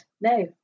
No